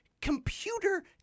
computer